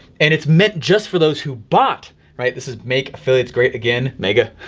and it's meant just for those who bought right, this is make affiliates great again, maga,